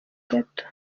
gato